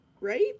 right